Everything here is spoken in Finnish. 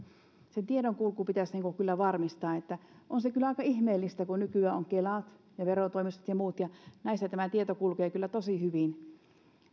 se tiedonkulku pitäisi kyllä varmistaa on se kyllä aika ihmeellistä että kun nykyään on kela verotoimistot ja muut joissa tieto kulkee tosi hyvin